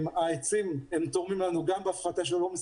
העצים תורמים לנו גם בהפחתה של עומס